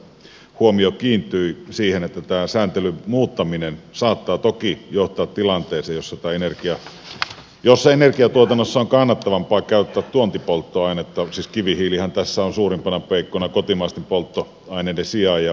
muun muassa asiantuntijakuulemisissa huomio kiinnittyi siihen että tämä sääntelyn muuttaminen saattaa toki johtaa tilanteeseen jossa energiatuotannossa on kannattavampaa käyttää tuontipolttoainetta siis kivihiilihän tässä on suurimpana peikkona kotimaisten polttoaineiden sijaan